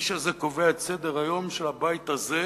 האיש הזה קובע את סדר-היום של הבית הזה,